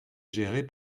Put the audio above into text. gérée